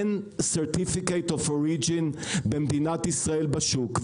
אין certificate of origin במדינת ישראל בשוק.